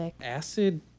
Acid